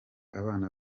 abana